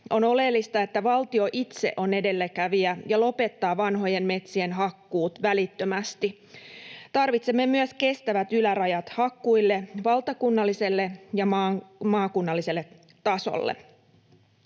On oleellista, että valtio itse on edelläkävijä ja lopettaa vanhojen metsien hakkuut välittömästi. Tarvitsemme myös kestävät ylärajat hakkuille valtakunnalliselle ja maakunnalliselle tasolle.